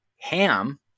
ham